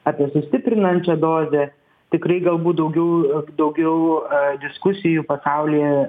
apie sustiprinančią dozę tikrai galbūt daugiau daugiau diskusijų pasaulyje